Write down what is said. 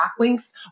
backlinks